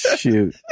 shoot